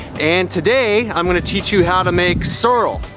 and today i'm gonna teach you how to make sorrel.